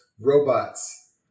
robots